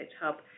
Hub